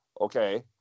Okay